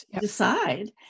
decide